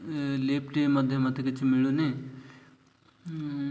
lift ମଧ୍ୟ ମୋତେ କିଛି ମିଳୁନି